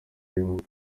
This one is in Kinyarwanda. bimuwe